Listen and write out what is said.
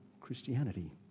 Christianity